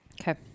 Okay